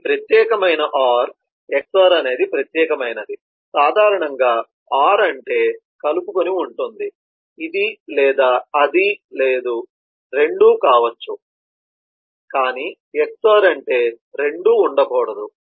XOR ప్రత్యేకమైనది సాధారణంగా OR అంటే ఇది లేదా అది లేదా రెండూ కావచ్చు కానీ XOR అంటే రెండూ ఒకేలా ఉండకూడదు